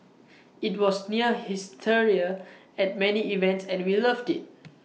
IT was near hysteria at many events and we loved IT